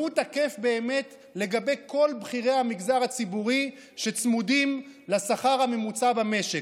והוא תקף באמת לגבי כל בכירי המגזר הציבורי שצמודים לשכר הממוצע במשק.